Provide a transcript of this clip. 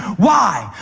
why?